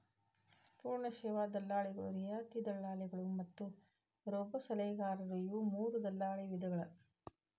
ಪೂರ್ಣ ಸೇವಾ ದಲ್ಲಾಳಿಗಳು, ರಿಯಾಯಿತಿ ದಲ್ಲಾಳಿಗಳು ಮತ್ತ ರೋಬೋಸಲಹೆಗಾರರು ಇವು ಮೂರೂ ದಲ್ಲಾಳಿ ವಿಧಗಳ